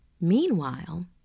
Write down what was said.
Meanwhile